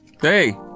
Hey